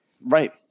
Right